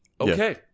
Okay